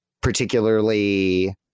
particularly